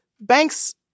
banks